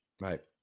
Right